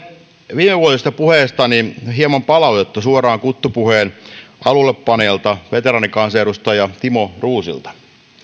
viimevuotisesta puheestani hieman palautetta suoraan kuttupuheen alullepanijalta veteraanikansanedustaja timo roosilta